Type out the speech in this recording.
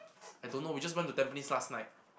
I don't know we just went to Tampines last night